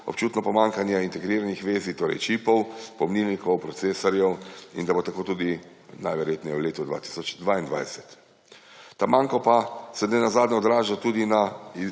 občutno pomanjkanje integriranih vezij, torej čipov, polnilnikov, procesorjev in da bo tako tudi najverjetneje v letu 2022. Ta manko pa se nenazadnje odraža tudi na